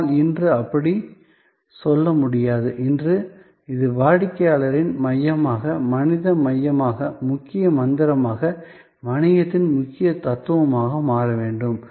ஆனால் இன்று அப்படிச் சொல்ல முடியாது இன்று இது வாடிக்கையாளரின் மையமாக மனித மையமாக முக்கிய மந்திரமாக வணிகத்தின் முக்கிய தத்துவமாக மாற வேண்டும்